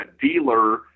dealer